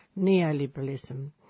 neoliberalism